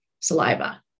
saliva